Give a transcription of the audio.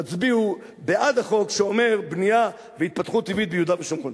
תצביעו בעד החוק שאומר בנייה והתפתחות טבעית ביהודה ושומרון.